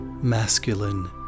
masculine